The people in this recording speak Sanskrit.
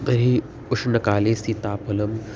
तर्हि उष्णकाले सीताफलं